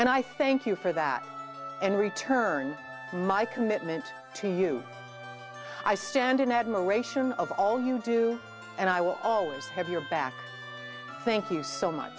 and i thank you for that in return my commitment to you i stand in admiration of all you do and i will always have your back thank you so much